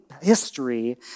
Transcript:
history